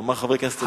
או אמר חבר הכנסת,